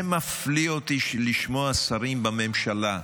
זה מפליא אותי, לשמוע שרים בממשלה.